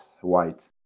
white